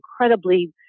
incredibly